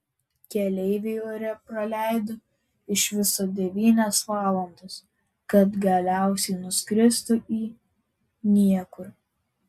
keleiviai ore praleido iš viso devynias valandas kad galiausiai nuskristų į niekur